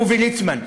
הוא וליצמן.